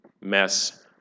mess